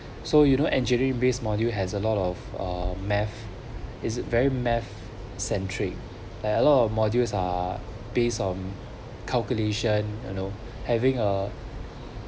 so you know engineering based module has a lot of uh math it's a very math centric and a lot of modules are based on calculation you know having a